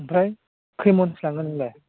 ओमफ्राय खै मनसो लांगोन नोंलाय